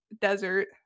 desert